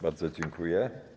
Bardzo dziękuję.